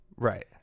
right